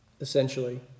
essentially